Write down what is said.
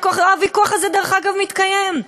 הוויכוח הזה, דרך אגב, מתקיים.